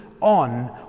on